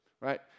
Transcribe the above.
right